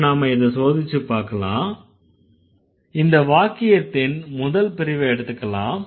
இப்ப நாம இத சோதிச்சிப் பாக்கலாம் இந்த வாக்கியத்தின் முதல் பிரிவை எடுத்துக்கலாம்